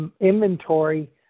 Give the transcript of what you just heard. inventory